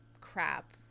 crap